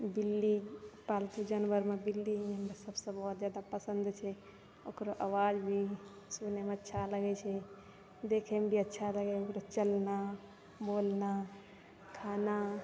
बिल्ली पालतू जानवरमे बिल्ली हमरा सबसँ जादा बहुत पसन्द छै ओकर आवाज भी सुनैमे अच्छा लगै छै देखैमे भी अच्छा लगै छै चलना बोलना खाना